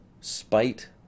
Spite